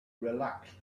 relaxed